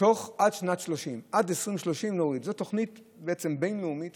עד שנת 2030. זו תוכנית בין-לאומית